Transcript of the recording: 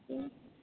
മ്മ്